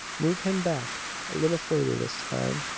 move him back a little further this time.